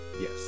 yes